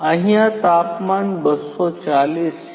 અહિયાં તાપમાન ૨૪૦ છે